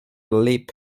lip